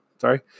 Sorry